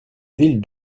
ville